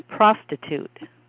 prostitute